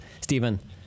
Stephen